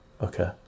Okay